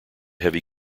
heavy